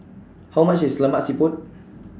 How much IS Lemak Siput